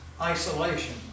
isolation